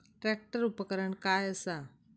Tractor उपकरण काय असा?